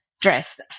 dress